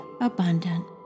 abundant